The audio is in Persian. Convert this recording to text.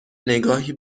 نگاهی